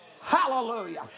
Hallelujah